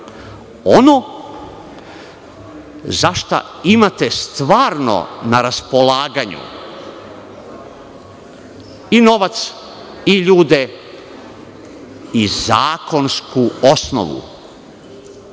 ono za šta imate stvarno na raspolaganju i novac i ljude i zakonsku osnovu.